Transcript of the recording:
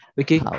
Okay